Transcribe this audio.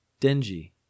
Denji